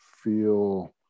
feel